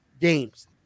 games